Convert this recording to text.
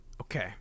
Okay